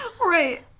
Right